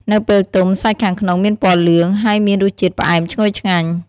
នៅពេលទុំ សាច់ខាងក្នុងមានពណ៌លឿង ហើយមានរសជាតិផ្អែមឈ្ងុយឆ្ងាញ់។